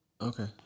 Okay